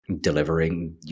delivering